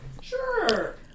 Sure